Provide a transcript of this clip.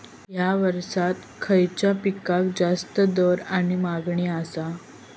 हया वर्सात खइच्या पिकाक जास्त दर किंवा मागणी आसा?